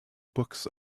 books